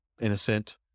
innocent